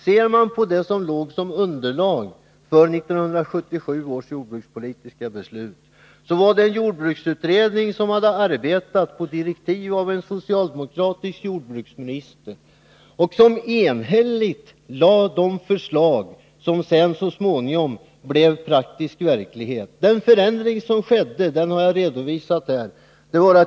Ser man på underlaget för 1977 års jordbrukspolitiska beslut, kan man konstatera att en jordbruksutredning hade arbetat efter direktiv som hade lämnats av en socialdemokratisk jordbruksminister. Utredningen lade enhälligt fram de förslag som så småningom blev praktisk verklighet. Den förändring som skedde har jag redovisat.